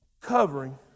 covering